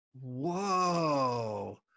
Whoa